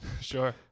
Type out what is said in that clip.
Sure